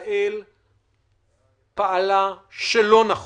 ישראל פעלה לא נכון,